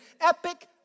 epic